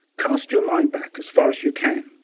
cast your mind back as far as you can.